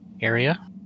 area